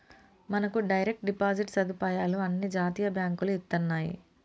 మనకు direct deposit సదుపాయాలు అన్ని జాతీయ బాంకులు ఇత్తన్నాయి